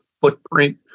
footprint